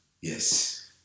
Yes